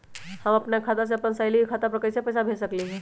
हम अपना खाता से अपन सहेली के खाता पर कइसे पैसा भेज सकली ह?